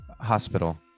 hospital